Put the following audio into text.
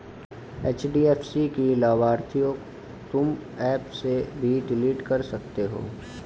HDFC की लाभार्थियों तुम एप से भी डिलीट कर सकते हो